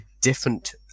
different